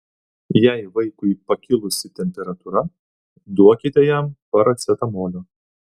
jei vaikui pakilusi temperatūra duokite jam paracetamolio